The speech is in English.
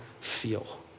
feel